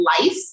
life